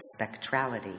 spectrality